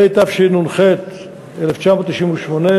התשנ"ח 1998,